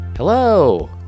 Hello